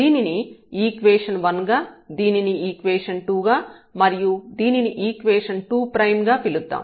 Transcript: దీనిని ఈక్వేషన్ 1 గా దీనిని ఈక్వేషన్ 2 గా మరియు దీనిని ఈక్వేషన్ 2 గా పిలుద్దాం